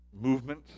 movement